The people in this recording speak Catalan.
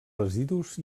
residus